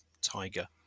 Tiger